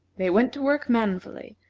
they went to work manfully,